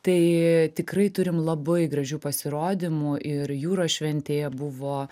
tai tikrai turim labai gražių pasirodymų ir jūros šventėje buvo